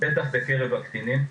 בטח בקרב הקטינים.